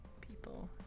people